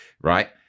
right